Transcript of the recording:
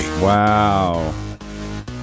Wow